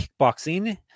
kickboxing